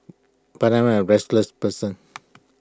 but I'm A restless person